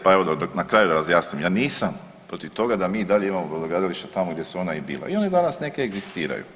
Pa evo na kraju da razjasnim, ja nisam protiv toga da mi i dalje imamo brodogradilišta tamo gdje su ona i bila i one danas neke i egzistiraju.